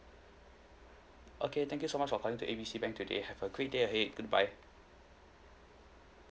okay thank you so much for calling to A B C bank today have a great day ahead goodbye